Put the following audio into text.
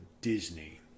disney